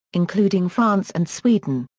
including france and sweden,